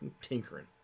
tinkering